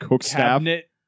cabinet